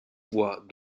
voies